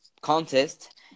contest